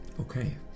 Okay